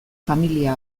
familia